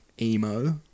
emo